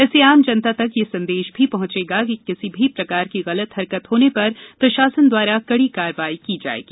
इससे आम जनता तक यह संदेश भी पहुंचेगा कि किसी भी प्रकार की गलत हरकत होने पर प्रशासन द्वारा कड़ी कार्यवाही की जायेगी